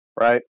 right